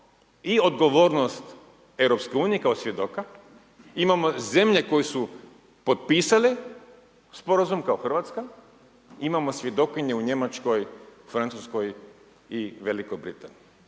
i odgovornost EU kao svjedoka, imamo zemlje koje su potpisale Sporazum kao RH, imamo svjedokinju u Njemačkoj, Francuskoj i Velikoj Britaniji